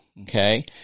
Okay